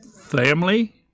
family